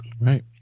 Right